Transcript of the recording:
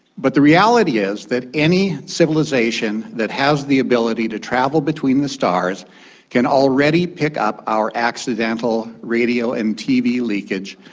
but the reality is that any civilisation that has the ability to travel between the stars can already pick up our accidental radio and tv leakage.